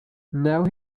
now